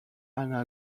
ana